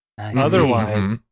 Otherwise